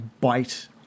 bite